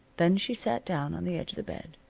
then she sat down on the edge of the bed,